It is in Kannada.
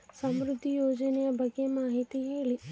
ಸಮೃದ್ಧಿ ಯೋಜನೆ ಬಗ್ಗೆ ಮಾಹಿತಿ ಹೇಳಿ?